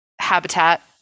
habitat